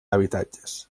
habitatges